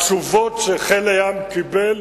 התשובות שחיל הים קיבל,